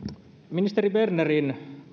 ministeri bernerin